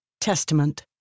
Testament